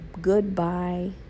goodbye